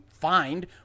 find